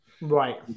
Right